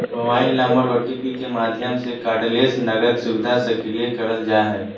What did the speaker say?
mobile number OTP के माध्यम से कार्डलेस नकद सुविधा सक्रिय करल जा हय